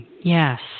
yes